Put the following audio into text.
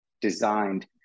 designed